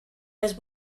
més